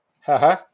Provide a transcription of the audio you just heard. haha